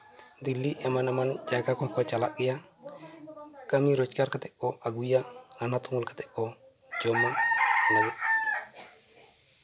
ᱫᱤᱞᱞᱤ ᱮᱢᱟᱱ ᱮᱢᱟᱱ ᱡᱟᱭᱜᱟ ᱠᱚᱠᱚ ᱪᱟᱞᱟᱜ ᱜᱮᱭᱟ ᱠᱟᱹᱢᱤ ᱨᱳᱡᱽᱜᱟᱨ ᱠᱟᱛᱮᱫ ᱠᱚ ᱟᱹᱜᱩᱭᱟ ᱱᱟᱞᱦᱟ ᱛᱩᱢᱟᱹᱞ ᱠᱟᱛᱮᱫ ᱠᱚ ᱡᱚᱢᱟ ᱚᱱᱟᱜᱮ